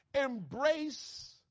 embrace